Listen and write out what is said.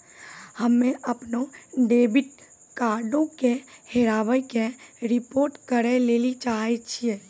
हम्मे अपनो डेबिट कार्डो के हेराबै के रिपोर्ट करै लेली चाहै छियै